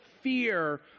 fear